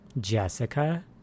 jessica